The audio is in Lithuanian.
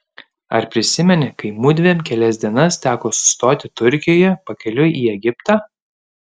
ar prisimeni kai mudviem kelias dienas teko sustoti turkijoje pakeliui į egiptą